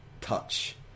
touch